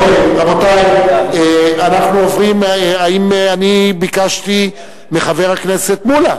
רבותי, אנחנו עוברים, האם ביקשתי מחבר הכנסת מולה?